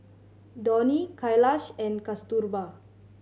Dhoni Kailash and Kasturba